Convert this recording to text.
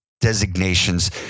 designations